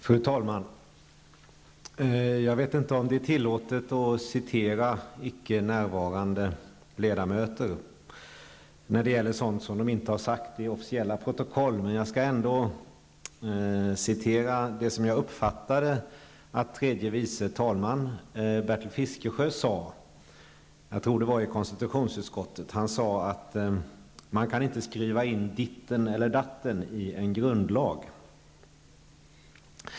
Fru talman! Jag vet inte om det är tillåtet att citera icke närvarande ledamöter när det gäller sådant som de inte har sagt i officiella protokoll, men jag skall ändå återge det som jag uppfattade att tredje vice talman Bertil Fiskesjö sade -- jag tror att det var i konstitutionsutskottet -- att man inte kan skriva in ditten eller datten i en grundlag.